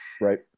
Right